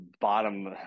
bottom